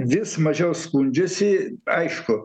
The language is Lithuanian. vis mažiau skundžiasi aišku